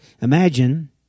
Imagine